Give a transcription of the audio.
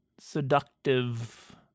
seductive